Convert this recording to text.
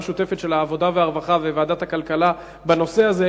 המשותפת של ועדת העבודה והרווחה וועדת הכלכלה בנושא הזה,